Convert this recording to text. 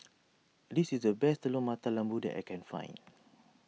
this is the best Telur Mata Lembu that I can find